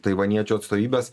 taivaniečių atstovybės